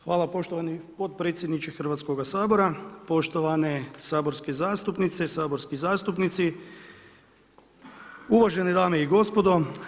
Hvala poštovani potpredsjedniče Hrvatskoga sabora, poštovane saborske zastupnice i saborski zastupnici, uvažene dame i gospodo.